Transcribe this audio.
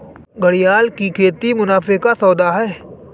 घड़ियाल की खेती मुनाफे का सौदा है